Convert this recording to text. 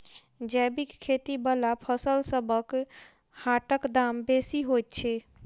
जैबिक खेती बला फसलसबक हाटक दाम बेसी होइत छी